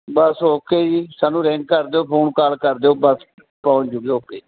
ਬਸ okay ਜੀ ਸਾਨੂੰ ring ਕਰ ਦਿਓ ਫੋਨ ਕਾਲ ਕਰ ਦਿਓ ਬਸ ਪਹੁੰਚ ਜਾਊਗੀ ਓਕੇ